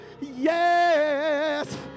yes